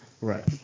Right